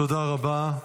תודה רבה.